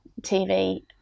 TV